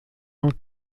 ans